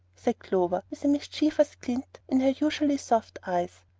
said clover, with a mischievous glint in her usually soft eyes.